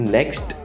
Next